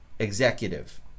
executive